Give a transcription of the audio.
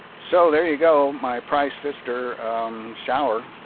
so there you go. my price pfister shower.